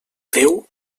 déu